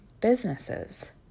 businesses